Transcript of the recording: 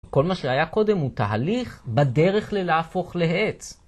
כל מה שהיה קודם הוא תהליך בדרך ללהפוך לעץ.